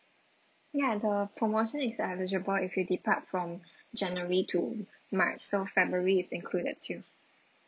ya the promotion is eligible if you depart from january to march so february is included too